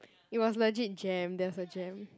it was legit jam there's a jam